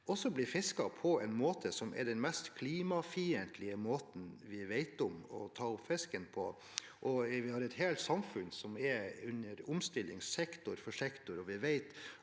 også blir fisket på den mest klimafiendtlige måten vi vet om å ta opp fisken på. Vi har et helt samfunn som er under omstilling, sektor for sektor, og vi vet